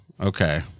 Okay